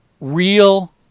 real